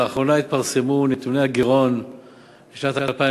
לאחרונה התפרסמו נתוני הגירעון לשנת 2013